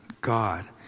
God